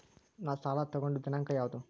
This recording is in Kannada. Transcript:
ನಾ ಸಾಲ ತಗೊಂಡು ದಿನಾಂಕ ಯಾವುದು?